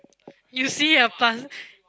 you see a plas~